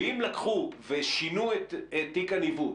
אם לקחו ושינו את תיק הניווט